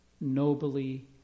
nobly